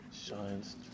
shines